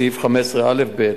סעיף 15(א)(ב)